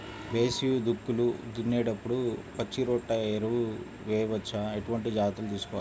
వేసవి దుక్కులు దున్నేప్పుడు పచ్చిరొట్ట ఎరువు వేయవచ్చా? ఎటువంటి జాగ్రత్తలు తీసుకోవాలి?